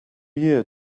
year